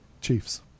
Chiefs